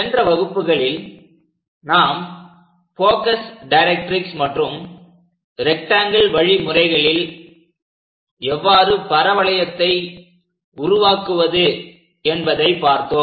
சென்ற வகுப்புகளில் நாம் போகஸ் டைரக்ட்ரிக்ஸ் மற்றும் ரெக்ட்டாங்கில் வழிமுறைகளில் எவ்வாறு பரவளையத்தை உருவாக்குவது என்பதை பார்த்தோம்